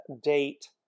date